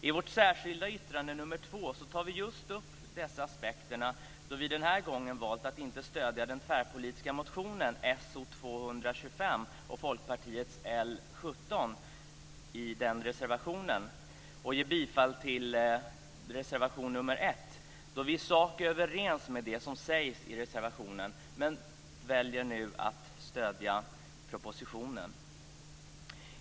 I vårt särskilda yttrande nr 2 tar vi just upp dessa aspekter då vi den här gången valt att inte stödja den tvärpolitiska motionen So225 och Folkpartiets L17 och ge bifall till reservation nr 1. I sak är vi överens med det som sägs i reservationen, men vi väljer nu att stödja propositionen.